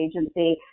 agency